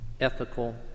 ethical